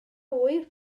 ŵyr